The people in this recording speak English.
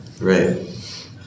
Right